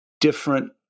different